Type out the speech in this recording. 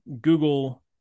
Google